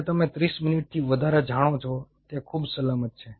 અને તમે 30 મિનિટથી વધારે જાણો છો તે ખૂબ સલામત છે